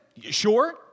Sure